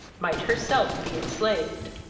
might herself be enslaved.